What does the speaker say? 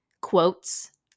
quotes